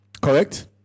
Correct